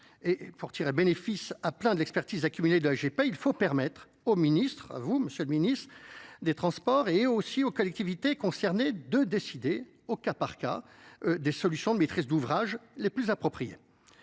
Pour tirer bénéfice à plein d'expertise accumulée il faut permettre au ministre, à vous, M. le ministre des transports, et aussi aux collectivités concernées, de décider au cas par cas e des solutions de maîtrise d'ouvrage les plus appropriées.